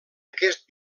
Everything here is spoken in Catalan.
aquest